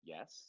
Yes